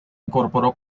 incorporó